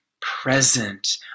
present